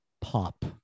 pop